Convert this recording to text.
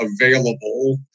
available